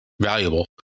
valuable